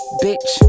bitch